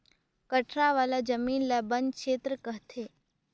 कठरा वाला जमीन ल बन छेत्र कहथें